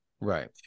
Right